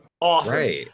Awesome